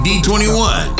d21